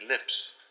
lips